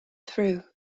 through